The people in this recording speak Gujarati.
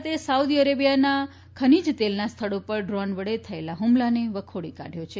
ભારતે સાઉદી અરેબીયાના ખનીજ તેલના સ્થળો પર ડ્રોન વડે થયેલા હુમલાને વખોડી કાઢ્યો છે